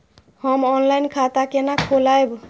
हम ऑनलाइन खाता केना खोलैब?